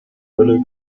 völlig